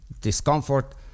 discomfort